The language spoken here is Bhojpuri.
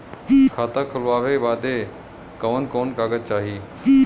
खाता खोलवावे बादे कवन कवन कागज चाही?